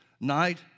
night